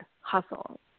hustle